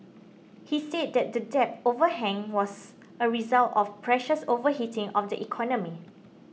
he said that the debt overhang was a result of previous overheating of the economy